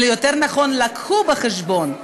יותר נכון הביאו בחשבון,